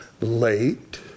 late